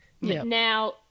Now